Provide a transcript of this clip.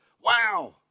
Wow